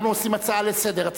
אנחנו עושים הצעה לסדר-היום.